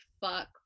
fuck